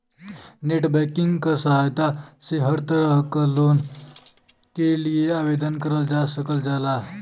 net banking क सहायता से हर तरह क लोन के लिए आवेदन करल जा सकल जाला